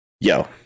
Yo